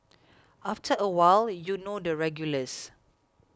after a while you know the regulars